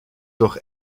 durch